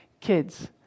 kids